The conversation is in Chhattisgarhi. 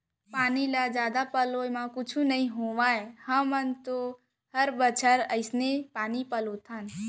पानी ल जादा पलोय म कुछु नइ होवय हमन तो हर बछर अइसने पानी पलोथन